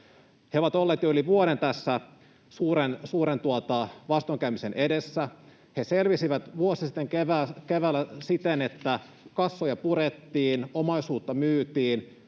He ovat olleet jo yli vuoden tässä suuren vastoinkäymisen edessä. He selvisivät vuosi sitten keväällä siten, että kassoja purettiin ja omaisuutta myytiin.